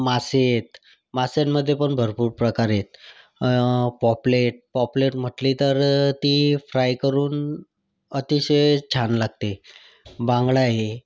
मासे आहेत माश्यांमध्ये पण भरपूर प्रकार आहेत पॉपलेट पॉपलेट म्हटली तर ती फ्राय करून अतिशय छान लागते बांगडा आहे